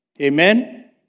Amen